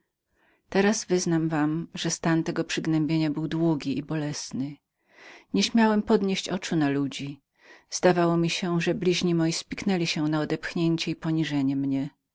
teraz wyznam wam że stan tego osłabienia był długim i bolesnym nie śmiałem podnieść oczu na ludzi zdawało mi się że bliźni moi spiknęli się na odepchnięcie i poniżenie